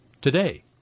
today